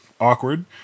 awkward